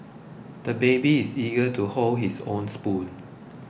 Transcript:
the baby is eager to hold his own spoon